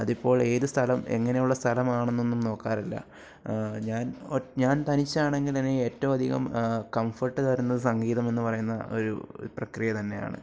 അതിപ്പോൾ ഏത് സ്ഥലം എങ്ങനെയുള്ള സ്ഥലമാണ് എന്നൊന്നും നോക്കാറില്ല ഞാൻ ഒ ഞാൻ തനിച്ചാണെങ്കിൽ എന്നെ ഏറ്റവും അധികം കംഫർട്ട് തരുന്നത് സംഗീതം എന്ന് പറയുന്ന ഒരു പ്രക്രിയ തന്നെയാണ്